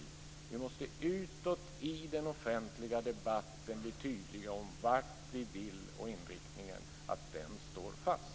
Vi måste utåt i den offentliga debatten bli tydligare om vart vi vill och om att inriktningen står fast.